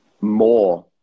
more